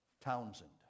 Townsend